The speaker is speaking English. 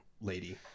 lady